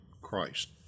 Christ